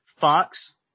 Fox